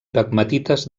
pegmatites